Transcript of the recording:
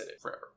forever